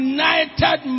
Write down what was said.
United